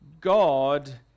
God